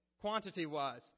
quantity-wise